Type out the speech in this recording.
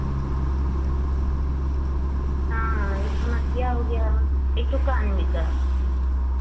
हाँ हाँ एक ठो नाथिया हो गया एक तो कान में का